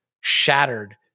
shattered